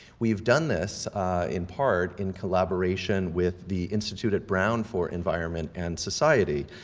we've done this in part in collaboration with the institute at brown for environment and society,